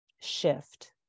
shift